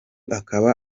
akaba